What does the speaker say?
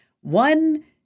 One